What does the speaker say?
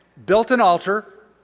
built an altar,